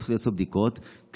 להתחיל לעשות בדיקות גם באירועים,